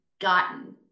gotten